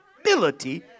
ability